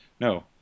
No